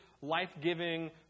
life-giving